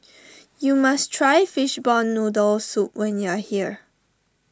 you must try Fishball Noodle Soup when you are here